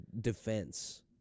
defense